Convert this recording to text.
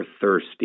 thirsty